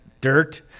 dirt